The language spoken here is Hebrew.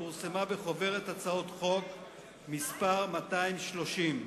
שפורסמה בחוברת הצעות חוק מס' כ/230.